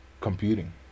computing